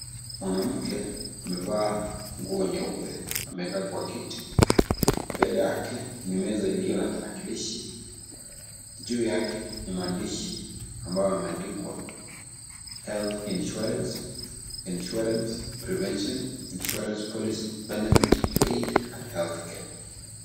Mwanamke amevaa nguo nyeupe, amekaa kwa kiti, mbele yake ni meza iliyo na tarakilishi. Juu yake ni maandishi ambayo imeandikwa (cs)Health Insurance, Insurance Prevention, Insurance Policy, Benefit, Aid and Healthcare(cs).